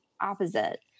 opposite